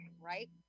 right